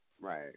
Right